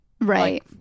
right